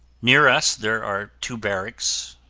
near us there are two barracks,